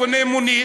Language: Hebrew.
קונה מונית,